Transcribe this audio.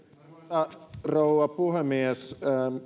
arvoisa rouva puhemies